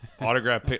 autograph